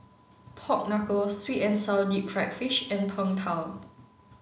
Pork Knuckle sweet and sour deep fried fish and Png Tao